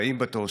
הבאים בתור,